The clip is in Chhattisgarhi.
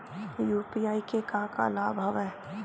यू.पी.आई के का का लाभ हवय?